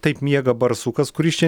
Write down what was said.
taip miega barsukas kuris čia